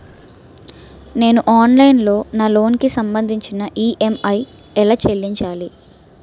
నేను ఆన్లైన్ లో నా లోన్ కి సంభందించి ఈ.ఎం.ఐ ఎలా చెల్లించాలి?